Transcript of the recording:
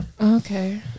Okay